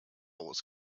wars